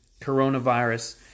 coronavirus